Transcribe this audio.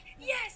yes